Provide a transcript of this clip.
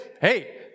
hey